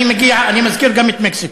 אני מזכיר גם את מקסיקו.